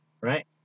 Right